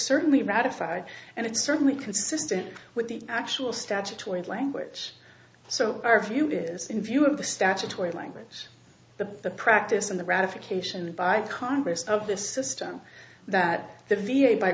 certainly ratified and it's certainly consistent with the actual statutory language so our view is in view of the statutory language the practice in the ratification by congress of this system that the v a by